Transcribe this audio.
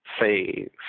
say